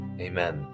Amen